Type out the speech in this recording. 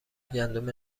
گندم